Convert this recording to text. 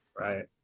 Right